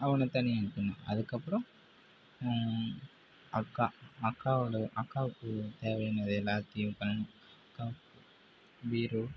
அவனை தனியாக அனுப்பணும் அதுக்கப்புறம் அக்கா அக்காவோடய அக்காவுக்கு தேவையானது எல்லாத்தேயும் பண்ணி அக்காவுக்கு பீரோ